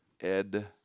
ed